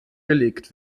gelegt